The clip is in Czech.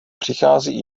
přichází